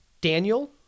Daniel